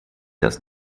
das